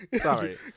Sorry